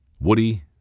Woody